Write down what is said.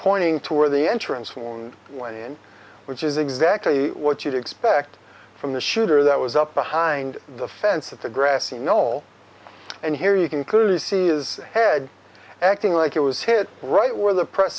pointing to where the entrance wound went in which is exactly what you'd expect from the shooter that was up behind the fence at the grassy knoll and here you can clearly see is head acting like it was hit right where the press